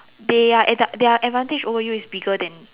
they at the their advantage over you is bigger than